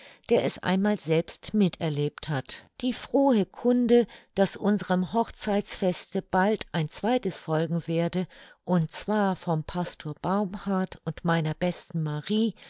der es einmal selbst mit erlebt hat die frohe kunde daß unserem hochzeitsfeste bald ein zweites folgen werde und zwar vom pastor baumhard und meiner besten marie